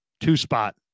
two-spot